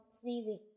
sneezing